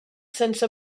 sense